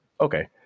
Okay